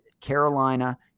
Carolina